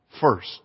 First